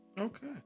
Okay